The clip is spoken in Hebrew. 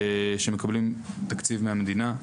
שמקבלים תקציב מהמדינה.